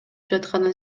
жатканын